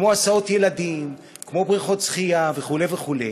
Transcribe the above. כמו הסעות ילדים, כמו ברכות שחייה וכו' וכו'.